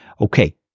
Okay